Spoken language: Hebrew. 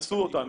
אנסו אותנו.